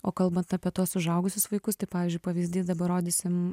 o kalbant apie tuos užaugusius vaikus tai pavyzdžiui pavyzdys dabar rodysim